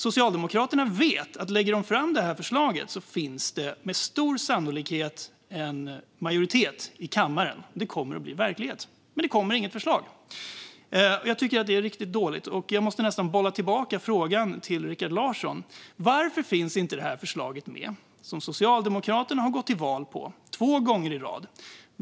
Socialdemokraterna vet att om de lägger fram förslaget finns det med stor sannolikhet en majoritet för det i kammaren, och det kommer att bli verklighet. Men det kommer inget förslag, och jag tycker att det är riktigt dåligt. Jag måste nästan bolla tillbaka frågan till Rikard Larsson: Varför finns inte det här förslaget med, som Socialdemokraterna har gått till val på två gånger i rad?